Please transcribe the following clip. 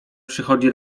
przychodzi